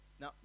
Now